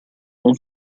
non